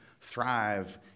thrive